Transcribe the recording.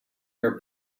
your